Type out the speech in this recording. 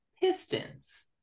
Pistons